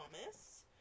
Thomas